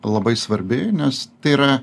labai svarbi nes tai yra